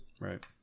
Right